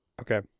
Okay